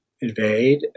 invade